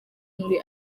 muri